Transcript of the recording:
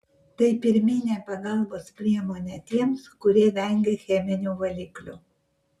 tai pirminė pagalbos priemonė tiems kurie vengia cheminių valiklių